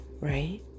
right